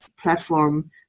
platform